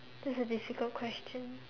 that's a difficult question